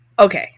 okay